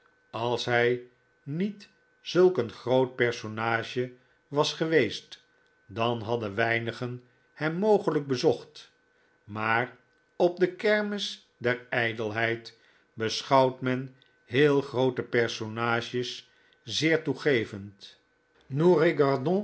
als hij niet zulk een groot personage was geweest dan hadden weinigen hem mogelijk bezocht maar op de kermis der ijdelheid beschouwt men heel groote personages zeer toegevend